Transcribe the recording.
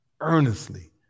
earnestly